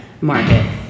market